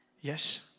yes